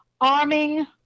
arming